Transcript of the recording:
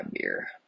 beer